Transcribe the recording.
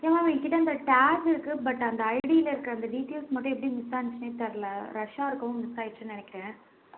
யா என் கிட்டே அந்த டேக் இருக்குது பட் அந்த ஐடியில் இருக்க அந்த டீட்டெயில்ஸ் மட்டும் எப்படி மிஸ் ஆச்சுனே தெரில ரஷ்ஷாக இருக்கவும் மிஸ்ஸாகிருச்சுன்னு நினைக்கிறேன்